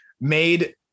made –